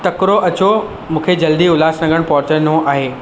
तकिड़ो अचो मूंखे जल्दी उल्हास नगर पहुचणो आहे